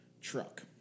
truck